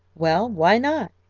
well, why not?